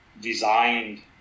designed